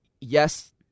yes